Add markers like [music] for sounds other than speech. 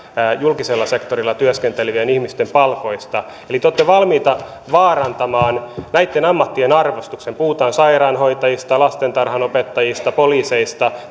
julkisella sektorilla työskentelevien ihmisten palkoista eli te olette valmiita vaarantamaan näitten ammattien arvostuksen puhutaan sairaanhoitajista lastentarhanopettajista poliiseista [unintelligible]